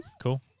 Cool